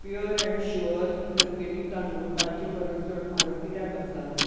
pure and sure तपकिरी तांदूळ कालचे परस चड म्हारग कित्याक आसात